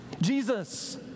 Jesus